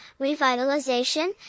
revitalization